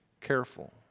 careful